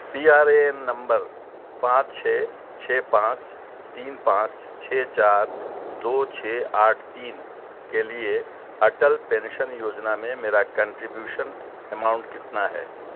P R A N نمبر پانچ چھ چھ پانچ تین پانچ چھ چار دو چھ آٹھ تین کے لیے اٹل پینشن یوجنا میں میرا کنٹریبیوشن اماؤنٹ کتنا ہے